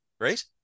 right